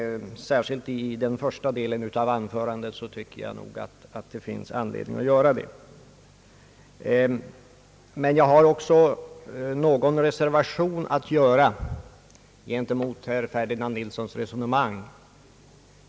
Särskilt vad beträffar första delen av hans anförande tycker jag nog det finns anledning att göra detta. Emellertid har jag också någon reservation att göra gentemot herr Nilssons resonemang.